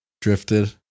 Drifted